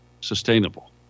sustainable